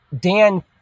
Dan